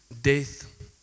death